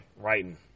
Writing